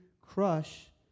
crush